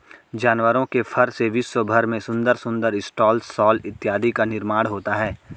जानवरों के फर से विश्व भर में सुंदर सुंदर स्टॉल शॉल इत्यादि का निर्माण होता है